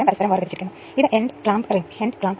ഈ സാഹചര്യത്തിൽ ഇത് 11500 2300 13800 വോൾട്ട് ആയിരിക്കും